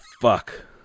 fuck